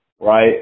right